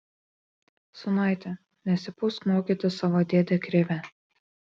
sūnaiti nesipūsk mokyti savo dėdę krivę